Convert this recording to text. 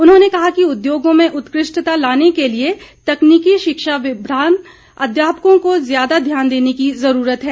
उन्होंने कहा कि उद्योगों में उत्कृष्टता लाने के लिए तकनीकी शिक्षा प्रदान करने वाले अध्यापकों को ज्यादा ध्यान देने की जुरूरत है